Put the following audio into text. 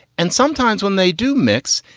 and sometimes when they do mix,